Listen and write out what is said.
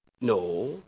No